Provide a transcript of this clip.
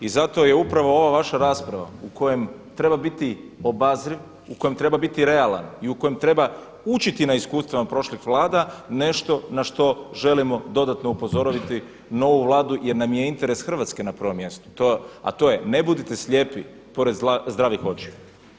I zato je upravo ova vaša rasprava u kojem treba biti obazriv, u kojem treba biti realan, i u kojem treba učiti na iskustvima prošlih Vlada nešto na što želimo dodatno upozoriti novu Vladu jer nam je interes Hrvatske na prvom mjestu, a to je ne budite slijepi pored zdravih očiju.